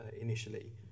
initially